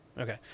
Okay